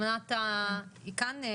ממונה שוויון ונגישות,